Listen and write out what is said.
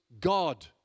God